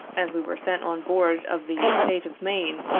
and we were sent on board of the state of maine,